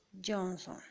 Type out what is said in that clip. Johnson